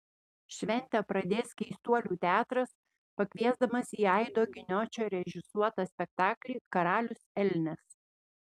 šventę pradės keistuolių teatras pakviesdamas į aido giniočio režisuotą spektaklį karalius elnias